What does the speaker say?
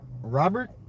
Robert